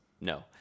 no